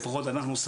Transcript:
לפחות אנחנו,